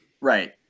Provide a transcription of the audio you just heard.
Right